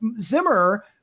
Zimmer